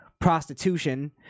prostitution